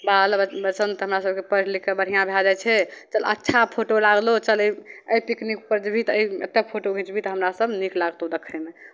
बाल बसन्त हमरा सभके पढ़ि लिखि कऽ बढ़िआँ भए जाइ छै तऽ अच्छा फोटो लागलौ चल एहि एहि पिकनिकपर जेबही तऽ एतहु फोटो घिचबिही तऽ हमरासभ नीक लागतौ देखयमे